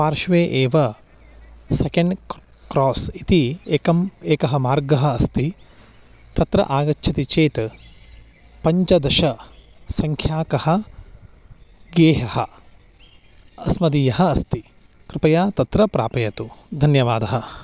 पार्श्वे एव second cross इति एकः एकः मार्गः अस्ति तत्र आगच्छति चेत् पञ्चदशसङ्ख्याकं गृहं अस्मदीयः अस्ति कृपया तत्र प्रापयतु धन्यवादः